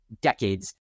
decades